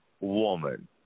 woman